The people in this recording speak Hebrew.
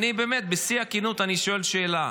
באמת, בשיא הכנות, אני שואל שאלה: